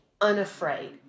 unafraid